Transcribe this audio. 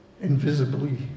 invisibly